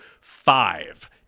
five